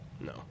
No